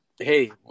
Hey